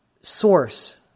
source